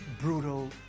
brutal